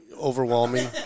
overwhelming